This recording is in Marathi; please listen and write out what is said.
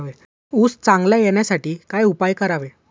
ऊस चांगला येण्यासाठी काय उपाय करावे?